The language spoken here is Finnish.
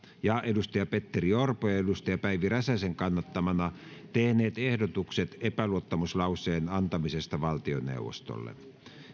ja petteri orpo päivi räsäsen kannattamana tehneet ehdotukset epäluottamuslauseen antamisesta valtioneuvostolle